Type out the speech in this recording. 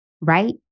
right